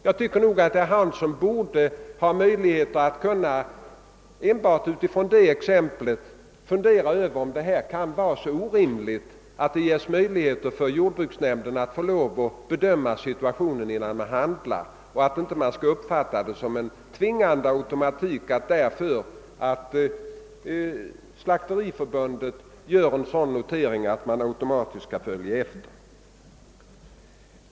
Jag tycker att herr Hansson i Skegrie enbart utifrån det exemplet borde fundera över om det kan anses orimligt att jordbruksnämnden ges möjligheter att bedöma situationen innan den handlar. Att Slakteriförbundet gör en notering får inte uppfattas som något man automatiskt måste följa.